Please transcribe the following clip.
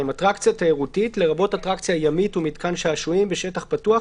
אטרקציה תיירותית לרבות אטרקציה ימית או מתקן שעשועים בשטח פתוח